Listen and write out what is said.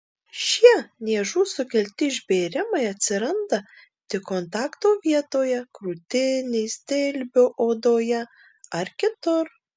šie niežų sukelti išbėrimai atsiranda tik kontakto vietoje krūtinės dilbio odoje ar kitur